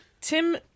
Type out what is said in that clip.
Tim